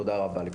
תודה רבה לכולכם.